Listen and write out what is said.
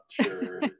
sure